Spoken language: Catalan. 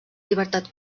llibertat